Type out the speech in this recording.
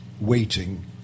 waiting